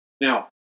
Now